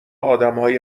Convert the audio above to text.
آدمهای